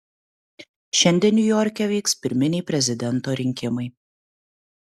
šiandien niujorke vyks pirminiai prezidento rinkimai